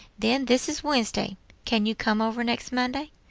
then, this is wednesday can you come over next monday?